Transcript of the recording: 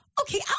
okay